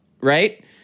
right